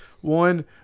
one